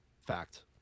fact